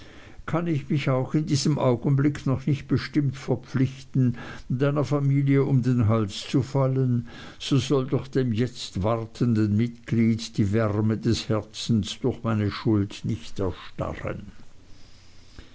kann ich mich auch in diesem augenblick noch nicht bestimmt verpflichten deiner familie um den hals zu fallen so soll doch dem jetzt wartenden mitglied die wärme des herzens durch meine schuld nicht erstarren